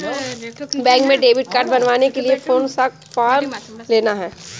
Bank में debit card बनवाने के लिए कौन सा फॉर्म लेना है?